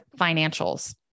financials